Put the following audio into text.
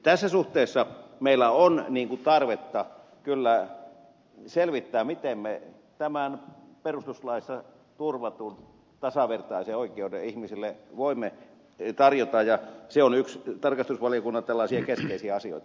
tässä suhteessa meillä on tarvetta kyllä selvittää miten me tämän perustuslaissa turvatun tasavertaisen oikeuden ihmisille voimme tarjota ja se on yksi tarkastusvaliokunnan tällaisia keskeisiä asioita